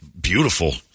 beautiful